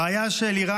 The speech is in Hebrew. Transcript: הבעיה היא שאלירן,